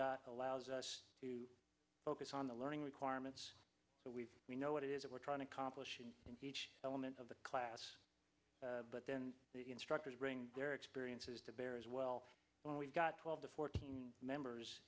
got allows us to focus on the learning requirements that we we know what it is we're trying to accomplish in each element of the class but then the instructors bring their experiences to bear as well when we've got twelve to fourteen members